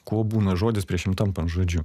kuo būna žodis prieš jam tampant žodžiu